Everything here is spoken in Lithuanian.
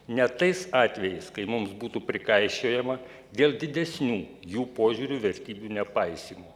net tais atvejais kai mums būtų prikaišiojama dėl didesnių jų požiūrių vertybių nepaisymo